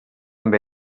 amb